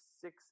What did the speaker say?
six